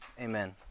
amen